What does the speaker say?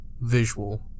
visual